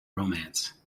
romance